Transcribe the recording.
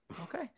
okay